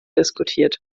diskutiert